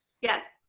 yes.